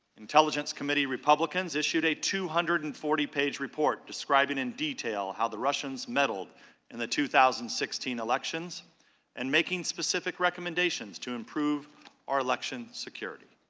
intelligence committee publicans issued a two hundred and forty page report describing in detail how the russians meddled in the two thousand and sixteen elections and making specific recommendations to improve our election security.